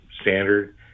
standard